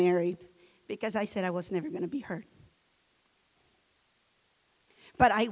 married because i said i was never going to be hurt but i